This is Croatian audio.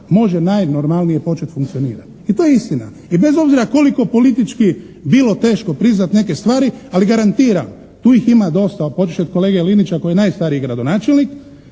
može najnormalnije početi funkcionirati. I to je istina i bez obzira koliko politički bilo teško priznati neke stvari, ali garantiram tu ih ima dosta. Počevši od kolege Linića koji je najstariji gradonačelnik.